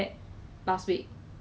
actually you can press any number